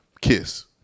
Kiss